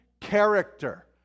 character